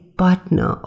partner